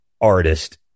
artist